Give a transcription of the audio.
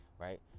right